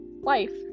life